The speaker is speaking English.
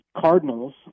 Cardinals